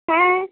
হ্যাঁ